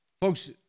Folks